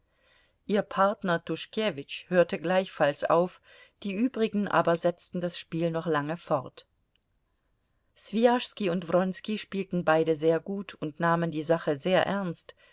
ihr partner tuschkewitsch hörte gleichfalls auf die übrigen aber setzten das spiel noch lange fort swijaschski und wronski spielten beide sehr gut und nahmen die sache sehr ernst